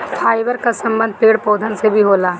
fibre कअ संबंध पेड़ पौधन से भी होला